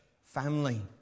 family